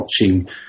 watching